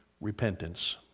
repentance